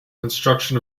construction